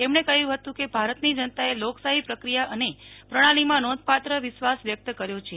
તેમણે કહ્યું હતું કે ભારતની જનતાએ લોકશાહી પ્રક્રિયા અને પ્રણાલીમાં નોંધપાત્ર વિશ્વાસ વ્યક્ત કર્યો છે